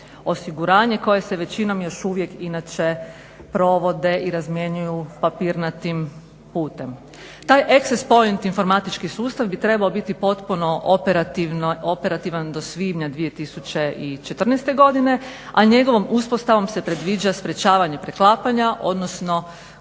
osiguranje koje se većinom još uvijek inače provode i razmjenjuju papirnatim putem. Taj access point informatički sustav bi trebao biti potpuno operativan do svibnja 2014. godine, a njegovom uspostavom se predviđa sprječavanje preklapanja, odnosno